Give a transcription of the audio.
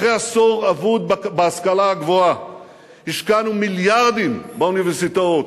אחרי עשור אבוד בהשכלה הגבוהה השקענו מיליארדים באוניברסיטאות,